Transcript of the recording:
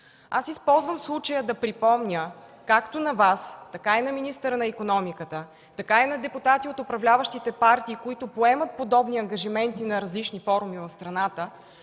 Използвам случая да припомня както на Вас, така и на министъра на икономиката, така и на депутати от управляващите партии, които поемат подобни ангажименти на различни форуми в страната,